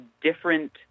different